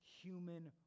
human